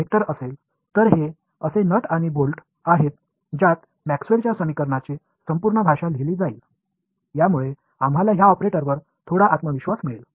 तर हे असे नट आणि बोल्ट आहेत ज्यात मॅक्सवेलच्या समीकरणांची संपूर्ण भाषा लिहली जाईल यामुळे आम्हाला या ऑपरेटरवर थोडा आत्मविश्वास मिळेल